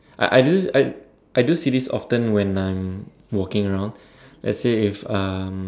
I I do I I do see this often when I'm walking around let's say if um